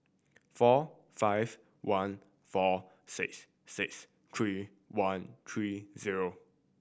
four five one four six six three one three zero